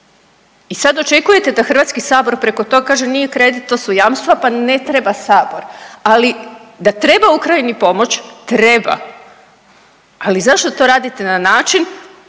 I sad očekujete da Hrvatski sabor preko tog, kaže nije kredit to su jamstva pa ne treba sabor, ali da treba Ukrajini pomoć, treba, ali zašto to radite na način